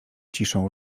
ciszą